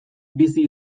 bizi